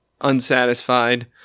unsatisfied